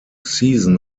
season